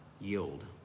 yield